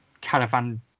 caravan